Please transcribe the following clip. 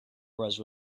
was